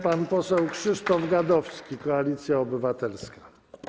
Pan poseł Krzysztof Gadowski, Koalicja Obywatelska.